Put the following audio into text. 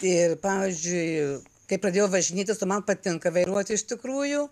ir pavyzdžiui kai pradėjau važinėtis o man patinka vairuoti iš tikrųjų